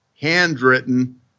handwritten